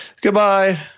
goodbye